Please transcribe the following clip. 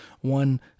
one